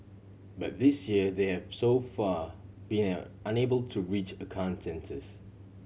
but this year they have so far been an unable to reach a consensus